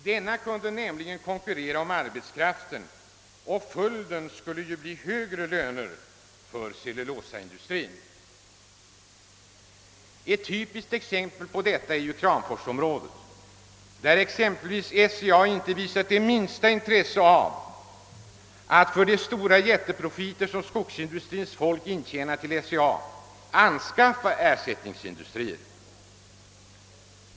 Denna kunde nämligen konkurrera om arbetskraften, och följden skulle ju bli högre löner för cellulosaindustrin. Ett typiskt exempel härvidlag är Kramforsområdet, där bl.a. SCA inte visat det minsta intresse av att för de stora jätteprofiter som skogsindustrins folk intjänat till SCA anskaffa ersättningsindustrier.